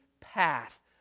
path